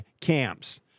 camps